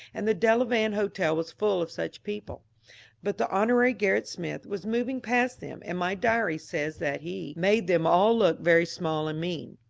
and the delavan hotel was full of such people but the hon. gerrit smith was moving past them, and my diary says that he made them all look very small and mean.